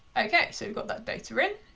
okay, so got that data in